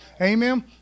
Amen